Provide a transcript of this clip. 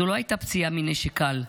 זאת לא הייתה פציעה מנשק קל.